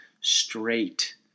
straight